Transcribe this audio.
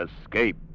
escape